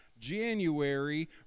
January